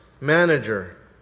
manager